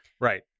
Right